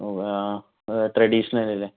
ഓ ആ ട്രഡീഷണൽ അല്ലേ